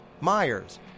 Myers